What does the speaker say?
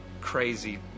crazy